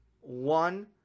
one